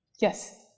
yes